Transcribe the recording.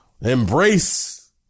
embrace